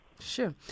Sure